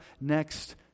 next